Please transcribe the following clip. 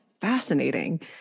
fascinating